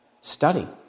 Study